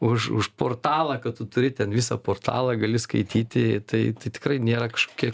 už už portalą kad tu turi ten visą portalą gali skaityti tai tai tikrai nėra kažkokie